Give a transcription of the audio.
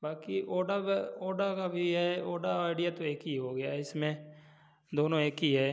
बाकी ओडा वा ओडा का भी है ओडा आइडिया तो एक ही हो गया इसमें दोनों एक ही है